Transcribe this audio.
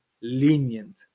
lenient